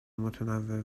متنوع